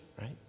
right